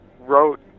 wrote